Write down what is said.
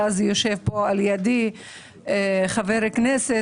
ואז יושב פה על ידי חבר כנסת,